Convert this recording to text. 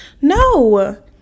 no